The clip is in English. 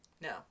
no